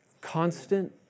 Constant